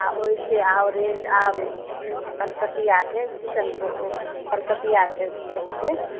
आ ओहिसँ आओर रेट कलकतिआके किशनभोग कलकतिआके जे छै